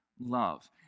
love